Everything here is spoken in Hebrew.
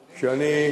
כשאני,